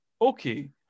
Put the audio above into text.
Okay